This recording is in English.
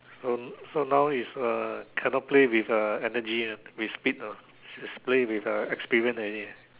so so now is uh cannot play with uh energy lah with speed must play with experiences already